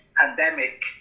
pandemic